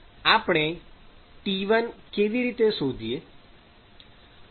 આપણે T1 કેવી રીતે શોધીએ